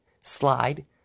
slide